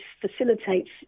facilitates